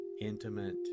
intimate